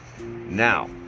Now